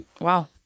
Wow